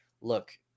look